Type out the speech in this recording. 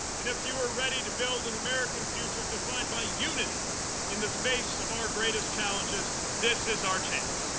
and if you are ready to build an american future defined by unity in the face of our greatest challenges, this is our chance.